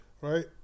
Right